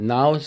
Now